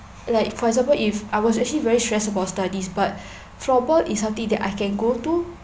like for example if I was actually very stress about studies but floorball is something that I can go to